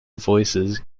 voices